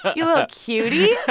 but yeah cutie